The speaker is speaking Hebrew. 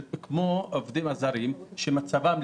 כמו העובדים הזרים שמצבם,